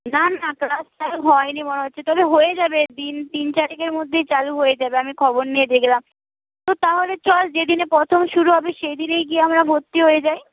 না না ক্লাস হয়নি মনে হচ্ছে তবে হয়ে যাবে দিন তিন চারেকের মধ্যেই চালু হয়ে যাবে আমি খবর নিয়ে দেখলাম তো তাহলে চল যেদিনে প্রথম শুরু হবে সেদিনেই গিয়ে আমরা ভর্তি হয়ে যাই